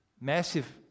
Massive